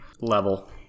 level